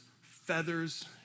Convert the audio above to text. feathers